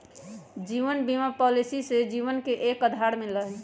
जीवन बीमा पॉलिसी से जीवन के एक आधार मिला हई